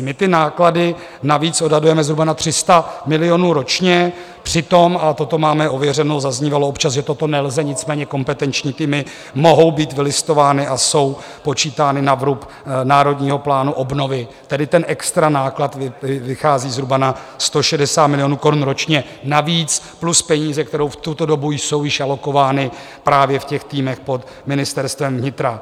My náklady navíc odhadujeme zhruba na 300 milionů ročně, přitom ale toto máme ověřeno zaznívalo občas, že toto nelze, nicméně kompetenční týmy mohou být vylistovány a jsou počítány na vrub Národního plánu obnovy, tedy ten extra náklad vychází zhruba na 160 milionů korun ročně navíc plus peníze, které v tuto dobu jsou již alokovány právě v týmech pod Ministerstvem vnitra.